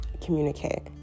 communicate